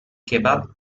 kebab